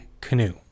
canoe